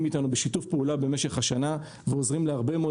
איתנו בשיתוף פעולה במשך השנה ועוזרים להרבה מאוד